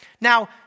now